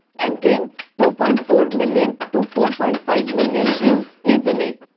and gain two point four million to four point five million views easily.